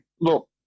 look